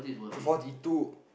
forty two